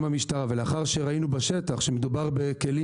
המשטרה ולאחר שראינו בשטח שמדובר בכלים